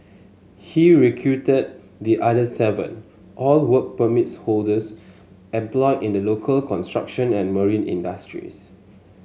he recruited the other seven all work permits holders employed in the local construction and marine industries